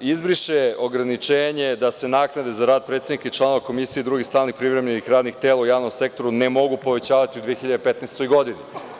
izbriše ograničenje da se naknade za rad predsednika i članova Komisije i drugih stalnih privremenih radnih tela u javnom sektoru ne mogu povećavati u 2015. godini.